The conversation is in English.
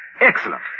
Excellent